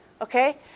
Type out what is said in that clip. Okay